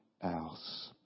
else